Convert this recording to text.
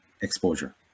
exposure